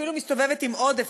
אפילו מסתובבת עם עודף,